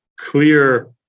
clear